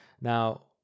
Now